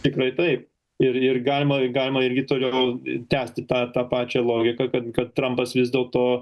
tikrai tai ir ir galima galima irgi toliau tęsti tą tą pačią logiką kad kad trumpas vis dėl to